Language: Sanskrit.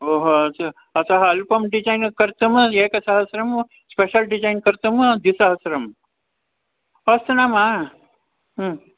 ओहो अस्तु अतः अल्पम् डिज़ैन् कर्तुं एकसहस्रं स्पेशल् डिजैन् कर्तुं द्विसहस्रम् अस्तु नाम